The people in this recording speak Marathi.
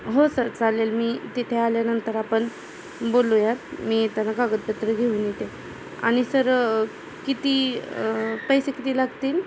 हो सर चालेल मी तिथे आल्यानंतर आपण बोलूयात मी त्यांना कागदपत्र घेऊन येते आणि सर किती पैसे किती लागतील